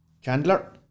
Chandler